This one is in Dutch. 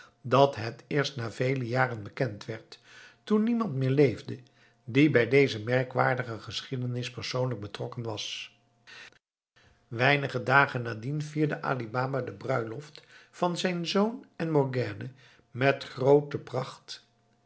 dat het eerst na vele jaren bekend werd toen niemand meer leefde die bij deze merkwaardige geschiedenis persoonlijk betrokken was weinige dagen nadien vierde ali baba de bruiloft van zijn zoon en morgiane met groote pracht